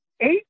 eight